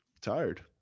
Tired